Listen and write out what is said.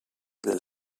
del